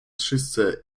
szyszce